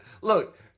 look